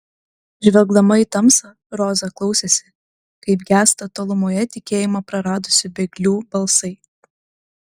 žvelgdama į tamsą roza klausėsi kaip gęsta tolumoje tikėjimą praradusių bėglių balsai